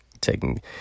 taking